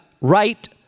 right